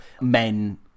men